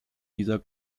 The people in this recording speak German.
dieser